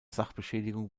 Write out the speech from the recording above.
sachbeschädigung